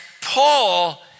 Paul